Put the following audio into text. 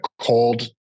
cold